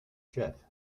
jeff